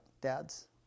Dad's